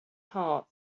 heart